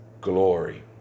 glory